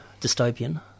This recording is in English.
dystopian